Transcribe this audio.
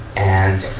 and